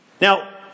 Now